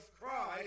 Christ